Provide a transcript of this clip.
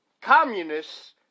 communists